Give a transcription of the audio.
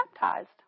baptized